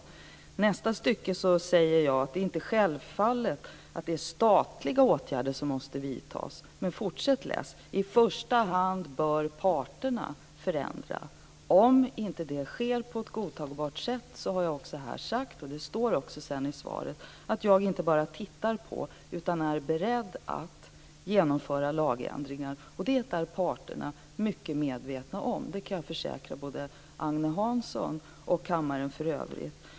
I nästa stycke säger jag att det inte är självfallet att det är statliga åtgärder som måste vidtas. Men fortsätt att läsa! I första hand bör parterna förändra. Om inte det sker på ett godtagbart sätt har jag här sagt, och det står också sedan i svaret, att jag inte bara tittar på utan också är beredd att genomföra lagändringar. Det är parterna mycket medvetna om, det kan jag försäkra både Agne Hansson och kammaren i övrigt om.